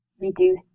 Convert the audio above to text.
reduce